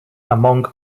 among